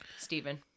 Stephen